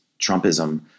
Trumpism